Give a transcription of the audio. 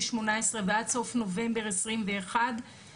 זה